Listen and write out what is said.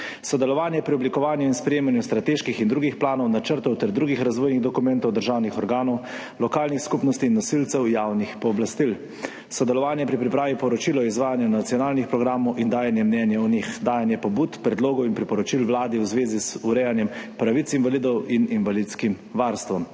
sodelovanje pri oblikovanju in sprejemanju strateških in drugih planov, načrtov ter drugih razvojnih dokumentov državnih organov, lokalnih skupnosti in nosilcev javnih pooblastil; sodelovanje pri pripravi poročila o izvajanju nacionalnih programov in dajanje mnenja o njih; dajanje pobud, predlogov in priporočil Vladi v zvezi z urejanjem pravic invalidov in invalidskim varstvom;